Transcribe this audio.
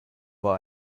war